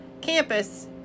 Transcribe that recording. campus